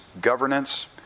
governance